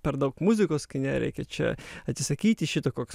per daug muzikos kine reikia čia atsisakyti šito koks